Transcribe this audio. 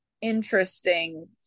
interesting